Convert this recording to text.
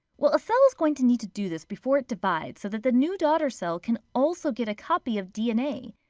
well a cell is going to need to do this before it divides so that the new daughter cell can also get a copy of dna.